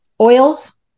oils